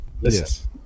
Yes